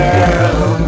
girl